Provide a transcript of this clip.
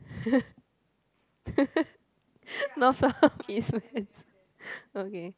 north south east west okay